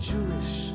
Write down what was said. Jewish